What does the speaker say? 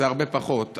זה הרבה פחות.